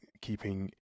keeping